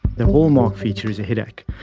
the hallmark feature is a headache,